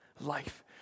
life